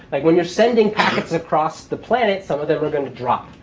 like when you're sending packets across the planet, some of them are going to drop.